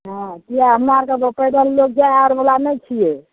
हँ किआ हमरा आर के तऽ पैदल लोक जाइ आर बला नहि छियै